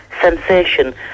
sensation